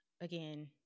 again